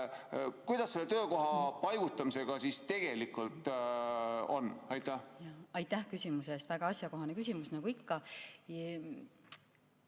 Kuidas selle töökoha paigutamisega tegelikult on? Aitäh küsimuse eest! Väga asjakohane küsimus, nagu ikka.